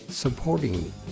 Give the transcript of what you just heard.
Supporting